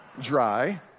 dry